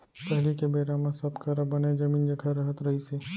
पहिली के बेरा म सब करा बने जमीन जघा रहत रहिस हे